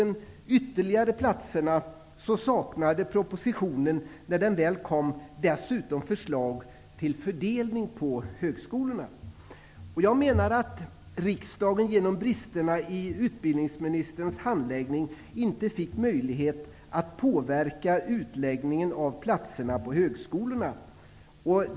När propositionen väl kom saknades dessutom förslag till fördelning på högskolorna av de 2 000 Riksdagen fick genom bristerna i utbildningsministerns handläggning inte möjlighet att påverka utläggningen av platser på högskolorna.